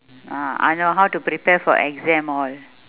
ah !hannor! how to prepare for exam hall